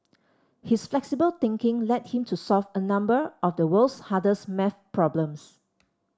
his flexible thinking led him to solve a number of the world's hardest maths problems